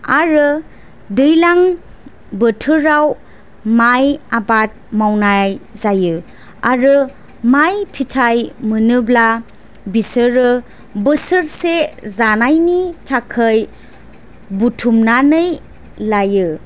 आरो दैज्लां बोथोराव माइ आबाद मावनाय जायो आरो माइ फिथाइ मोनोब्ला बिसोरो बोसोरसे जानायनि थाखाय बुथुमनानै लायो